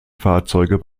fahrzeuge